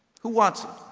who wants it?